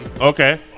Okay